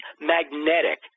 magnetic